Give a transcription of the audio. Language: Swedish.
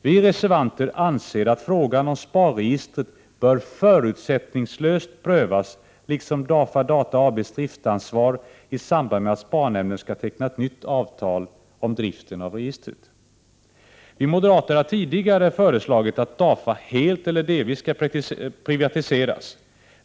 Vi reservanter anser att frågan om SPAR-registret förutsättningslöst bör prövas liksom DAFA Data AB:s driftansvar i samband med att sparnämnden skall teckna nytt avtal om driften av registret. Vi moderater har tidigare föreslagit att DAFA helt eller delvis skall privatiseras.